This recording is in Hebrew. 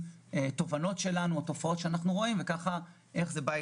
תובנות או תופעות שאנחנו רואים בחלק מהסקטורים.